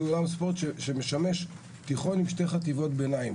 אולם ספורט שמשמש תיכון ושתי חטיבות ביניים.